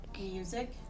Music